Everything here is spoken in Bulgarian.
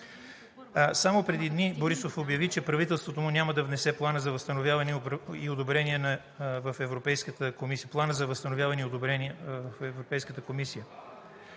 Само преди дни Борисов обяви, че правителството му няма да внесе Плана за възстановяване за одобрение в Европейската комисия.